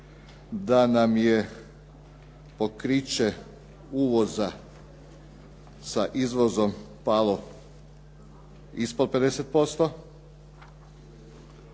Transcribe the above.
da nam je pokriće uvoza sa izvozom palo ispod 50%,